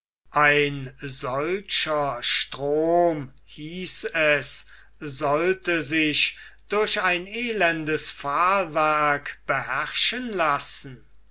ein solcher strom hieß es sollte sich durch ein elendes pfahlwerk beherrschen lassen